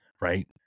right